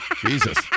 Jesus